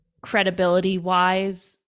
credibility-wise